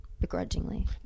begrudgingly